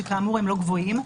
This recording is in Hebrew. שכאמור הם לא גבוהים,